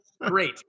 Great